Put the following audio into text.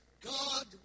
God